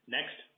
Next